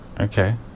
Okay